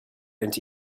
into